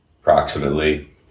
Approximately